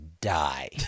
die